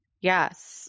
yes